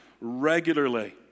regularly